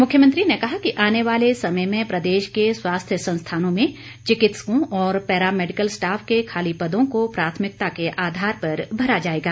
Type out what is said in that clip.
मुख्यमंत्री ने कहा कि आने वाले समय में प्रदेश के स्वास्थ्य संस्थानों में चिकित्सकों और पैरा मेडिकल स्टाफ के खाली पदों को प्राथमिकता के आधार पर भरा जाएगा